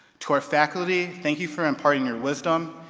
to our faculty, thank you for imparting your wisdom,